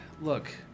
Look